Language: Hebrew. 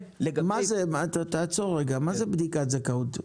מה זה תעצור רגע, מה זה בדיקת זכאות?